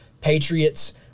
Patriots